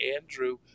Andrew